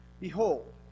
Behold